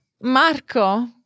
Marco